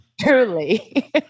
Truly